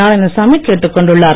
நாராயணசாமி கேட்டுக் கொண்டுள்ளார்